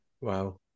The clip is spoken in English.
Wow